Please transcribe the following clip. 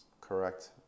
Correct